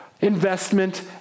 investment